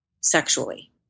sexually